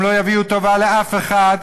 הם לא יביאו טובה לאף אחד.